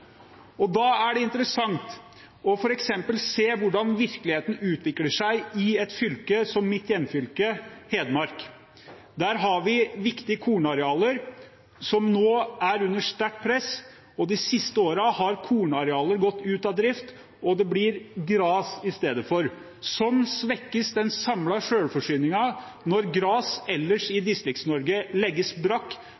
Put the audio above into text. Da er det interessant f.eks. å se hvordan virkeligheten utvikler seg i et fylke som mitt hjemfylke, Hedmark. Der har vi viktige kornarealer som nå er under sterkt press. De siste årene har kornarealer gått ut av drift, og istedenfor blir det gras. Sånn svekkes den samlede selvforsyningen når gras ellers i Distrikts-Norge legges brakk, bl.a. i statsministerens egen landsdel, på Vestlandet, eller i distriktene i